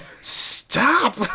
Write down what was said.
stop